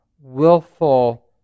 willful